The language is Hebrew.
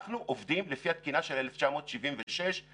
אנחנו עובדים לפי התקינה של 1976 ב-2020.